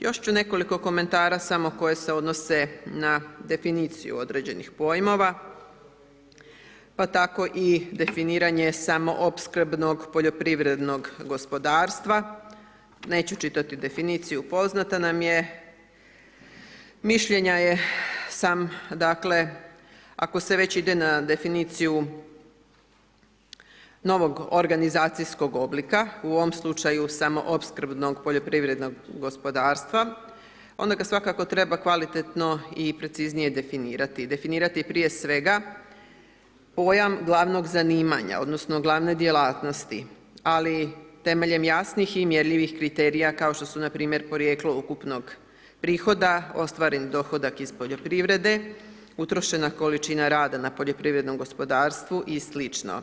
Još ću nekoliko komentara samo koje se odnose na definiciju određenih pojmova, pa tako i definiranje samo opskrbnog poljoprivrednog gospodarstva, neću čitati definiciju, poznata nam je, mišljenja sam, dakle, ako se već ide na definiciju novog organizacijskog oblika, u ovom slučaju samo opskrbnog poljoprivrednog gospodarstva, onda ga svakako treba kvalitetno i preciznije definirati, definirati prije svega pojam glavnog zanimanja odnosno glavne djelatnosti, ali temeljem jasnih i mjerljivih kriterija, kao što su npr. porijeklo ukupnog prihoda, ostvaren dohodak iz poljoprivrede, utrošena količina rada na poljoprivrednom gospodarstvu i sl.